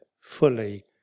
fully